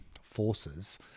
forces